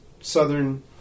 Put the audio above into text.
Southern